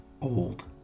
old